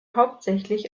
hauptsächlich